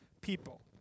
people